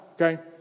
Okay